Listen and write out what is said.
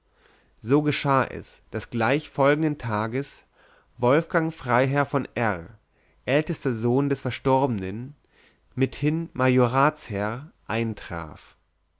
so geschah es daß gleich folgenden tages wolfgang freiherr von r ältester sohn des verstorbenen mithin majoratsherr eintraf